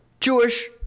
Jewish